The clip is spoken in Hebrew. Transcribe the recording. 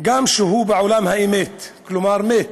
גם כשהוא בעולם האמת, כלומר מת.